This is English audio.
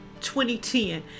2010